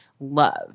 love